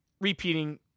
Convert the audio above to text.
repeating